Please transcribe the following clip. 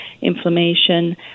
inflammation